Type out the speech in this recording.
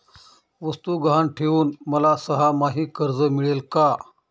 वस्तू गहाण ठेवून मला सहामाही कर्ज मिळेल का?